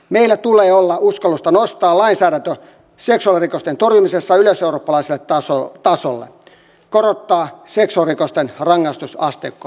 meillä tulee olla uskallusta nostaa lainsäädäntö seksuaalirikosten torjumisessa yleiseurooppalaiselle tasolle korottaa seksuaalirikosten rangaistusasteikkoa